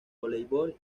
voleibol